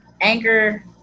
Anger